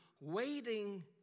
waiting